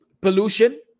pollution